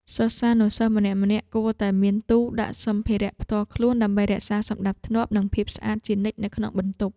សិស្សានុសិស្សម្នាក់ៗគួរតែមានទូដាក់សម្ភារៈផ្ទាល់ខ្លួនដើម្បីរក្សាសណ្តាប់ធ្នាប់ និងភាពស្អាតជានិច្ចនៅក្នុងបន្ទប់។